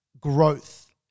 growth